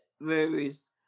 varies